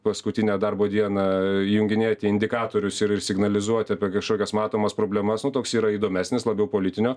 paskutinę darbo dieną junginėti indikatorius ir signalizuoti apie kažkokias matomas problemas nu toks yra įdomesnis labiau politinio